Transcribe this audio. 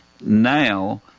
now